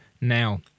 now